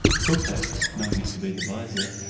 crookback, knowing it to be the vizier.